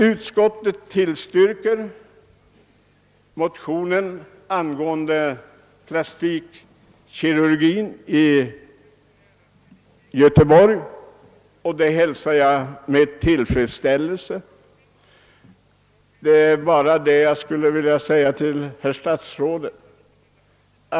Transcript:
Utskottet — tillstyrker motionsparet 1: 568 och II: 504 angående en professur i plastikkirurgi vid Göteborgs universitet, och det hälsar jag med tillfredsställelse.